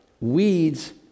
weeds